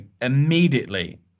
immediately